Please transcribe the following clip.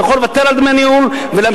הוא יכול לוותר על דמי הניהול ולהמשיך